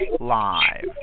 live